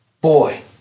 Boy